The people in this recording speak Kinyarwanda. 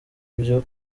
byo